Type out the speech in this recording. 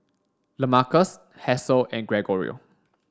Lamarcus Hasel and Gregorio